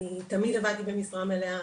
אני תמיד עבדתי במשרה מלאה,